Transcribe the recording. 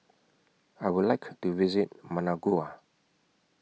I Would like to visit Managua